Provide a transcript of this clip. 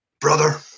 Brother